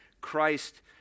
Christ